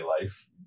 life